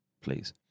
please